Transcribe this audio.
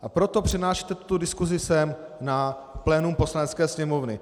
A proto přenášíte tuto diskusi sem na plénum Poslanecké sněmovny.